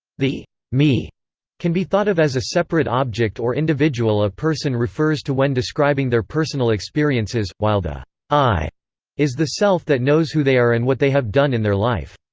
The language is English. the me can be thought of as a separate object or individual a person refers to when describing their personal experiences while the i is the self that knows who they are and what they have done in their life.